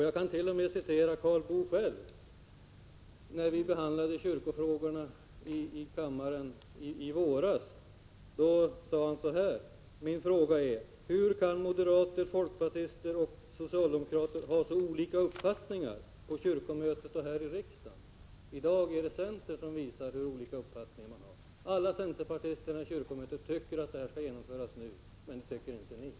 Jag kan t.o.m. återge vad Karl Boo själv sade när vi behandlade kyrkofrågorna i kammaren i våras: ”Min fråga är: Hur kan moderater, folkpartister och socialdemokrater ha så olika uppfattningar på kyrkomötet och här i riksdagen?” I dag är det centern som visar hur olika uppfattning man har. Alla centerpartisterna i kyrkomötet tycker att detta förslag skall genomföras nu, men det tycker inte ni.